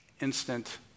instant